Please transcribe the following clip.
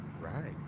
Right